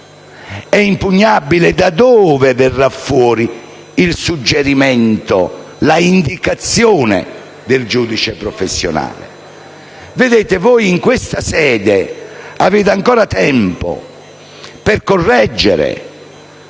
È impugnabile? Da dove verrà fuori il suggerimento e l'indicazione del giudice professionale? In questa sede voi avete ancora tempo per correggere.